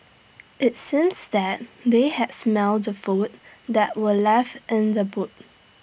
IT seems that they had smelt the food that were left in the boot